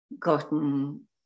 gotten